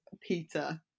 Peter